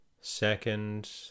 Second